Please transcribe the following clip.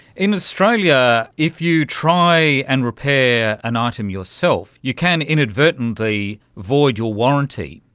in australia if you try and repair an item yourself, you can inadvertently void your warranty.